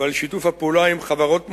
ועל שיתוף הפעולה עם חברות מובילות,